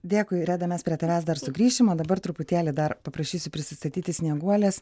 dėkui reda mes prie tavęs dar sugrįšim dabar truputėlį dar paprašysiu prisistatyti snieguolės